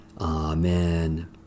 Amen